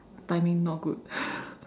timing not good